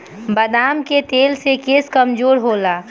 बदाम के तेल से केस मजबूत होला